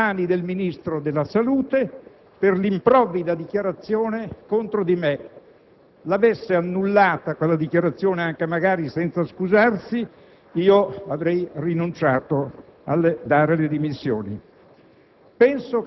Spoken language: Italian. era nelle mani del Ministro della salute per l'improvvida dichiarazione contro di me; l'avesse annullata quella dichiarazione, anche magari senza scusarsi, io avrei ritirato le dimissioni.